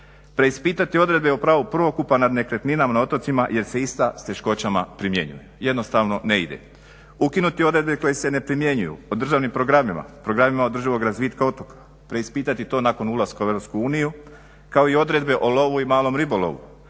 Preispitati odredbe o pravu prvokupa nad nekretninama na otocima jer se ista s teškoćama primjenjuju. Jednostavno ne ide. Ukinuti odredbe koje se ne primjenjuju o državnim programima, programima održivog razvitka otoka, preispitati to nakon ulaska u Europsku uniju, kao i odredbe o lovu i malom ribolovu,